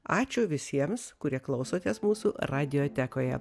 ačiū visiems kurie klausotės mūsų radijotekoje